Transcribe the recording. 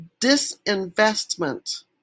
disinvestment